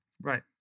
Right